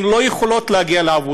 הן לא יכולות להגיע לעבודה.